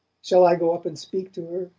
shall i go up and speak to her?